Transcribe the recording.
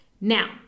Now